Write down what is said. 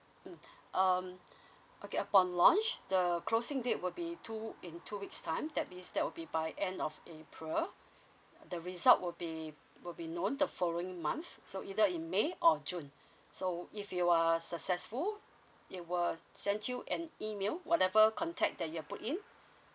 mm um okay upon launch the closing date will be two in two weeks time that means that will be by end of april the result will be will be known the following month so either in may or june so if you are successful it will sent you an email whatever contact that you've put in